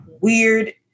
weird